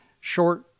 short